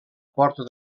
porta